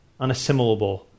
unassimilable